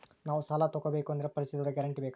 ನಾವು ಸಾಲ ತೋಗಬೇಕು ಅಂದರೆ ಪರಿಚಯದವರ ಗ್ಯಾರಂಟಿ ಬೇಕಾ?